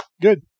Good